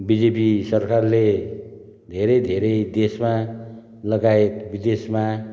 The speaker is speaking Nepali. बिजेपी सरकारले धेरै धेरै देशमा लगायत विदेशमा